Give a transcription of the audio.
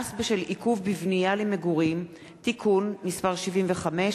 (מס בשל עיכוב בבנייה למגורים) (תיקון מס' 75),